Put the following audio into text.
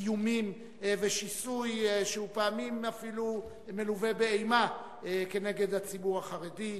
איומים ושיסוי שהוא פעמים אפילו מלווה באימה כנגד הציבור החרדי.